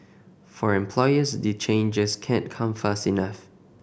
for employers the changes can't come fast enough